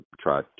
try